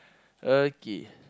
okay